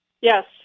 Yes